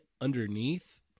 underneath